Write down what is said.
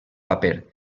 paper